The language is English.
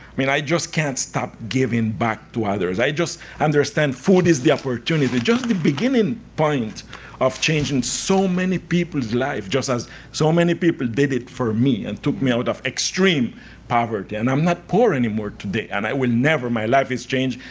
mean i just can't stop giving back to others. i just understand food is the opportunity. just the beginning point of change in so many people's lives, just as so many people did it for me and took me out of extreme poverty. and i'm not poor anymore today. and i will never. my life is changed.